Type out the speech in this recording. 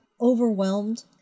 overwhelmed